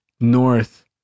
north